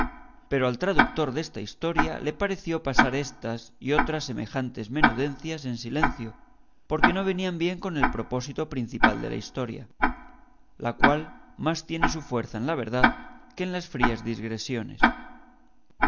pero al traductor desta historia le pareció pasar estas y otras semejantes menudencias en silencio porque no venían bien con el propósito principal de la historia la cual más tiene su fuerza en la verdad que en las frías digresiones